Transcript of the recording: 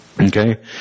Okay